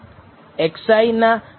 x i ના reporting માં કોઈ ભૂલ નથી